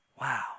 Wow